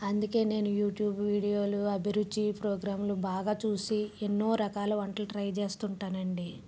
అందుకే నేను యూట్యూబ్ వీడియోలు అభిరుచి ప్రోగ్రాంలు బాగా చూసి ఎన్నో రకాల వంటలు ట్రై చేస్తుంటాను అండి